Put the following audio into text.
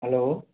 hello